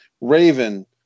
Raven